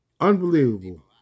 Unbelievable